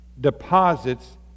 deposits